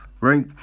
right